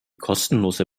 kostenlose